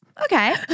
Okay